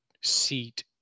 seat